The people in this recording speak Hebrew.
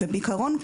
בעיקרון,